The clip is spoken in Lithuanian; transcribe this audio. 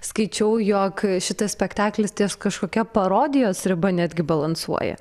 skaičiau jog šitas spektaklis ties kažkokia parodijos riba netgi balansuoja